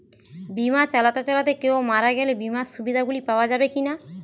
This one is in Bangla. বিমা চালাতে চালাতে কেও মারা গেলে বিমার সুবিধা গুলি পাওয়া যাবে কি না?